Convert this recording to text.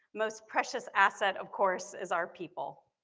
most precious asset, of course, is our people.